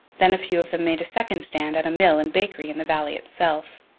then a few of them made a second stand at a mill and bakery in the valley itself,